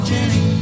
Jenny